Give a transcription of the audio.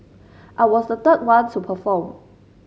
I was the third one to perform